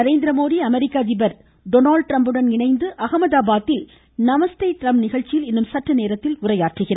நரேந்திரமோடி அமெரிக்க அதிபர் டொனால்ட் ட்ரம்புடன் இணைந்து அஹமதாபாதில் நமஸ்தே ட்ரம்ப் நிகழ்ச்சியில் இன்னும் சற்று நேரத்தில் உரை நிகழ்த்துகிறார்